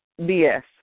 BS